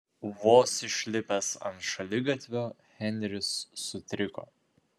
vos išlipęs ant šaligatvio henris sutriko